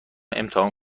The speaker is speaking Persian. امتحان